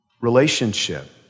relationship